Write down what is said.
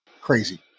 Crazy